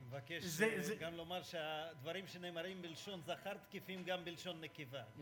אני מבקש לומר שהדברים שנאמרים בלשון זכר תקפים גם בלשון נקבה.